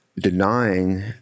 denying